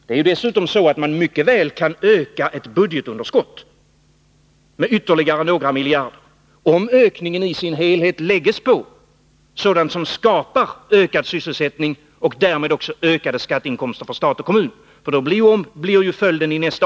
Det är dessutom så att man mycket väl kan öka ett budgetunderskott med ytterligare några miljarder, om ökningen i sin helhet läggs på sådant som skapar ökad sysselsättning och därmed också ökade skatteinkomster för stat och kommun.